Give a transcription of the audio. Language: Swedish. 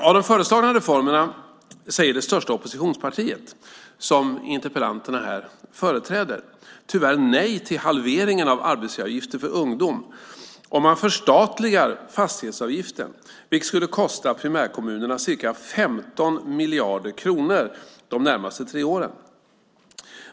Av de föreslagna reformerna säger det största oppositionspartiet, som interpellanterna företräder, tyvärr nej till halveringen av arbetsgivaravgiften för ungdom, och man förstatligar fastighetsavgiften, vilket skulle kosta primärkommunerna ca 15 miljarder kronor de närmaste tre åren.